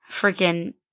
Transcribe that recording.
freaking